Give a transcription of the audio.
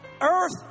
earth